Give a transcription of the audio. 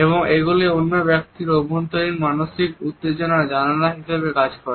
এবং এগুলি অন্য ব্যক্তির অভ্যন্তরীণ মানসিক উত্তেজনার জানালা হিসেবে কাজ করে